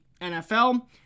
NFL